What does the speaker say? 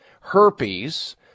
herpes